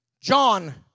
John